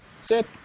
sit